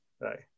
Right